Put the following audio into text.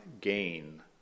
gain